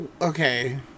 okay